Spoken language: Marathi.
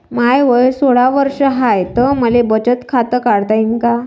माय वय सोळा वर्ष हाय त मले बचत खात काढता येईन का?